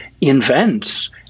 invents